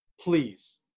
Please